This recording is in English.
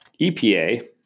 EPA